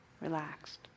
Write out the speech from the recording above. relaxed